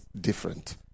different